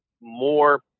more